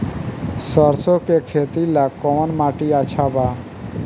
सरसों के खेती ला कवन माटी अच्छा बा?